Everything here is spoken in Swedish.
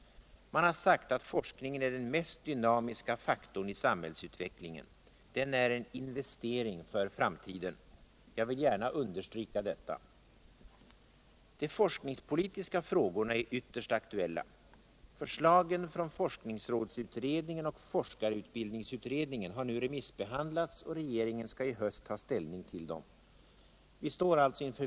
Man har sagt att forskningen är den mest dynamiska faktorn 1 samhällsutvecklingen. Den är en investering för framtiden. Jag vill gärna understryka detta. De forskningspolitiska frågorna är viterst aktuella. Förslagen från forskningsrådsutredningen och forskarutbildningsutredningen har nu remissbehandlas. och regeringen skall i höst ta ställning ull dem.